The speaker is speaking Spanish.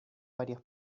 varias